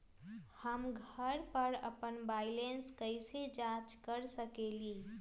हम घर पर अपन बैलेंस कैसे जाँच कर सकेली?